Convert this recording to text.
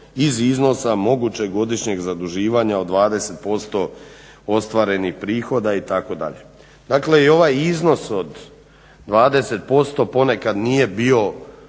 iz iznosa mogućeg godišnjeg zaduživanja od 20% ostvarenih prihoda itd. Dakle i ovaj iznos od 20% ponekad nije bio